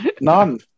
None